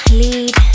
lead